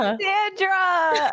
Sandra